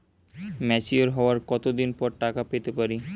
Mature হওয়ার কত দিন পর টাকা পেতে পারি?